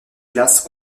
classe